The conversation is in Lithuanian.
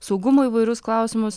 saugumo įvairius klausimus